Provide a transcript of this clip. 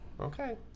Okay